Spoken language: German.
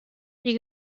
die